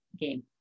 game